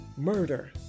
Murder